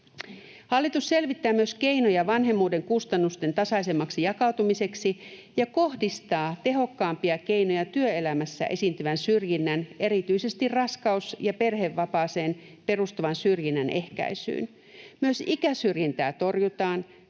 Hallitus selvittää myös keinoja vanhemmuuden kustannusten tasaisemmaksi jakautumiseksi ja kohdistaa tehokkaampia keinoja työelämässä esiintyvän syrjinnän, erityisesti raskaus‑ ja perhevapaaseen perustuvan syrjinnän, ehkäisyyn. Myös ikäsyrjintää torjutaan,